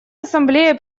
ассамблея